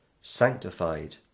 sanctified